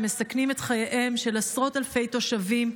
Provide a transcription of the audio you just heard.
שמסכנים את חייהם של עשרות אלפי תושבים,